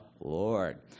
Lord